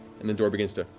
and the door begins to